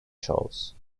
shows